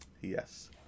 Yes